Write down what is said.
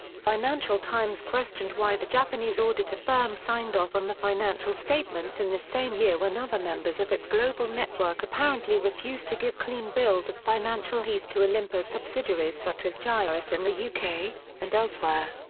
financial times questioned why the japanese auditor firm signed off on the financial statements in the same year when other members of its global network apparently refused to give clean bills of financial heath to olympus subsidiaries such as gyrus in the yeah uk, and elsewhere.